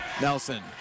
Nelson